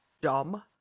dumb